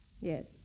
Yes